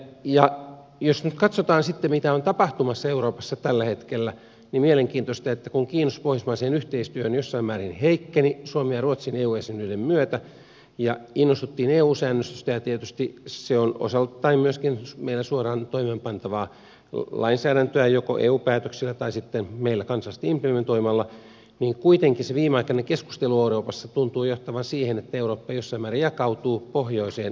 jos nyt katsotaan mitä on tapahtumassa euroopassa tällä hetkellä niin mielenkiintoista on että kun kiinnostus pohjoismaiseen yhteistyöhön jossain määrin heikkeni suomen ja ruotsin eu jäsenyyden myötä ja innostuttiin eu säännöstöstä ja se on meillä suoraan toimeenpantavaa lainsäädäntöä joko eu päätöksellä tai meillä kansallisesti implementoimalla niin kuitenkin se viimeaikainen keskustelu euroopassa tuntuu johtavan siihen että eurooppa jossain määrin jakautuu pohjoiseen ja etelään